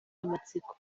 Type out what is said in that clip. amatsiko